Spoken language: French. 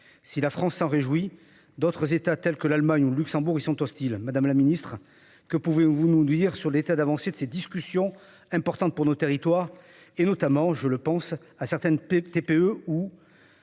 Si la France s'en réjouit, d'autres États, tels que l'Allemagne ou le Luxembourg, y sont hostiles. Madame la secrétaire d'État, que pouvez-vous nous dire sur l'état d'avancée de ces discussions importantes pour nos territoires ? Je pense à certaines TPE ou